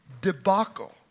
debacle